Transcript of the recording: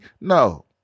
No